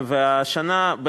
והשנה,